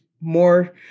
more